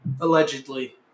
Allegedly